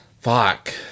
Fuck